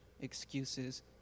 excuses